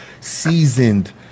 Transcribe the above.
seasoned